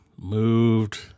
Moved